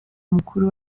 mukuru